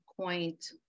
point